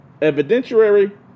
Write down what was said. Evidentiary